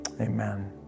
amen